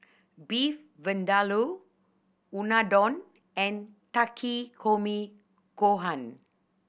Beef Vindaloo Unadon and Takikomi Gohan